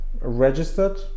registered